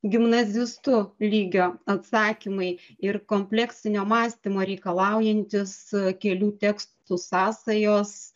gimnazistų lygio atsakymai ir kompleksinio mąstymo reikalaujantys kelių tekstų sąsajos